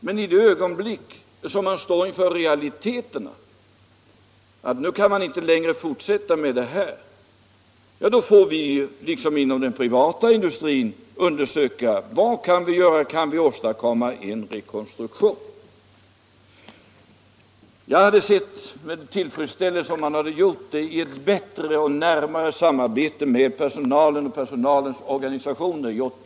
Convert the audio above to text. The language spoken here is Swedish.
Men i det ögonblick man står inför realiteten att en verksamhet inte kan drivas längre får man liksom inom den privata industrin undersöka vad som kan göras och om det går att åstadkomma en rekonstruktion. Jag hade sett med tillfredsställelse om detta hade skett i närmare samarbete med personalen och deras organisationer.